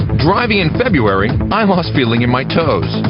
driving in february, i lost feeling in my toes.